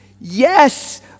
Yes